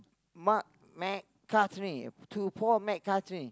Mark McCartney to Paul-McCartney